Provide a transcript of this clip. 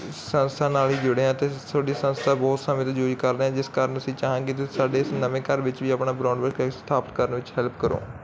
ਸੰਸਥਾ ਨਾਲ ਹੀ ਜੁੜੇ ਹਾਂ ਤੇ ਸੋਡੀ ਸੰਸਥਾ ਬਹੁਤ ਸਮੇਂ ਤੋਂ ਅਜੋਜਿਤ ਕਰ ਕਰਦੇ ਹਾਂ ਜਿਸ ਕਾਰਨ ਅਸੀਂ ਚਾਹਾਂਗੇ ਸਾਡੇ ਇਸ ਨਵੇਂ ਘਰ ਵਿੱਚ ਵੀ ਆਪਣਾ ਬਣਾਉਣ ਸਥਾਪਿਤ ਕਰਨ ਵਿੱਚ ਹੈਲਪ ਕਰੋ